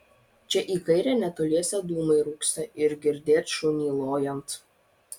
čia į kairę netoliese dūmai rūksta ir girdėt šunį lojant